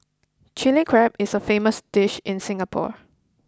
Chilli Crab is a famous dish in Singapore